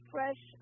Fresh